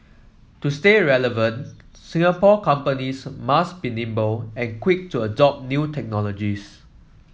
to stay relevant Singapore companies must be nimble and quick to adopt new technologies